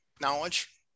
knowledge